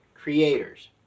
creators